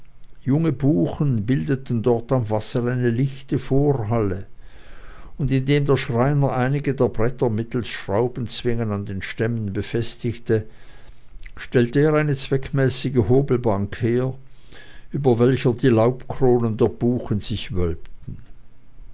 junge buchen bilden dort am wasser eine lichte vorhalle und indem der schreiner einige der bretter mittelst schraubzwingen an den stämmchen befestigte stellte er eine zweckmäßige hobelbank her über welcher die laubkronen der buchen sich wölbten